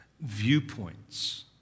viewpoints